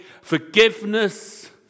forgiveness